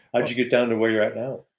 how did you get down to where you're at now?